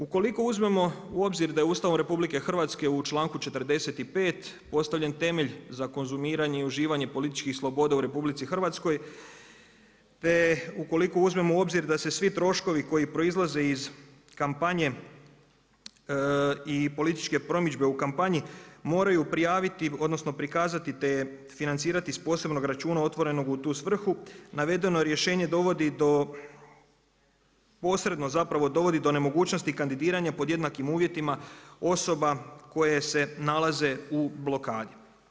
Ukoliko uzmemo u obzir da je Ustavom RH u članku 45. postavljen temelj za konzumiranje i uvažavanje političkih sloboda u RH, te ukoliko uzmemo u obzir da se svi troškovi koji proizlaze iz kampanje i političke promidžbe u kampanji moraju prijaviti, odnosno, prikazati, te financirati iz posebnog računa otvorenog u tu svrhu, navedeno rješenje dovodi do, posredno zapravo, dovodi do nemogućnosti kandidiranja pod jednakim uvjetima osoba koje se nalaze u blokadi.